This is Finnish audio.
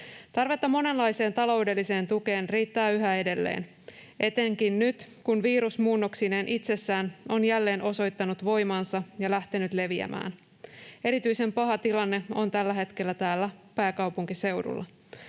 Tarvetta monenlaiseen taloudelliseen tukeen riittää yhä edelleen, etenkin nyt, kun virus muunnoksineen itsessään on jälleen osoittanut voimansa ja lähtenyt leviämään. Erityisen paha tilanne on tällä hetkellä täällä pääkaupunkiseudulla.